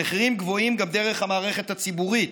המחירים גבוהים גם דרך המערכת הציבורית,